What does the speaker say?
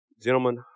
Gentlemen